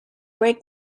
break